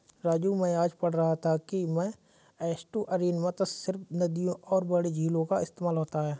राजू मैं आज पढ़ रहा था कि में एस्टुअरीन मत्स्य सिर्फ नदियों और बड़े झीलों का इस्तेमाल होता है